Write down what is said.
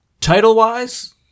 title-wise